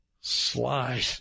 slide